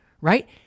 right